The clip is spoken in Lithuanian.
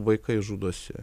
vaikai žudosi